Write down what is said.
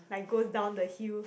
like goes down the hill